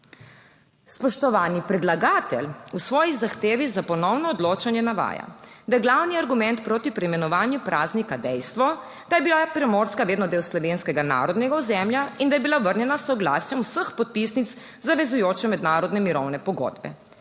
Spoštovani predlagatelj v svoji zahtevi za ponovno odločanje navaja, da je glavni argument proti preimenovanju praznika dejstvo, da je bila Primorska vedno del slovenskega narodnega ozemlja in da je bila vrnjena s soglasjem vseh podpisnic zavezujoče mednarodne mirovne pogodbe.